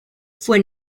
fue